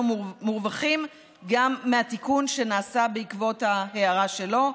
מורווחים גם מהתיקון שנעשה בעקבות ההערה שלו.